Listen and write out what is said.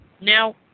Now